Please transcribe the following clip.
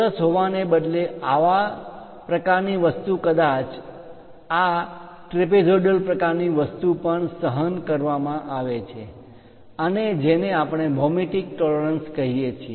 ચોરસ હોવાને બદલે આવી પ્રકારની વસ્તુ કદાચ આ ટ્રેપઝોઇડલ પ્રકારની વસ્તુ પણ સહન કરવામાં આવે છે અને જેને આપણે ભૌમિતિક ટોલરન્સ પરિમાણ માં માન્ય તફાવત કહીએ છીએ